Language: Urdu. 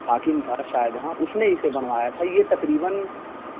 حاکم تھا شاہ جہاں اس نے اسے بنوایا تھا یہ تقریباً